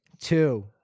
Two